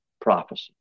prophecy